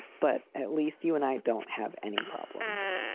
but at least you and i don't have any problems.